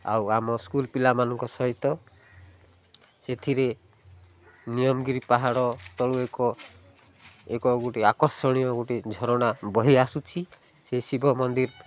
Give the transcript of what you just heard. ଆଉ ଆମ ସ୍କୁଲ୍ ପିଲାମାନଙ୍କ ସହିତ ସେଥିରେ ନିୟମଗିରି ପାହାଡ଼ ତଳୁ ଏକ ଏକ ଗୋଟେ ଆକର୍ଷଣୀୟ ଗୋଟେ ଝରଣା ବହି ଆସୁଛି ସେ ଶିବ ମନ୍ଦିର